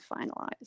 finalized